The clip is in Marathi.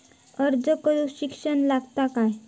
अर्ज करूक शिक्षण लागता काय?